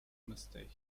mistake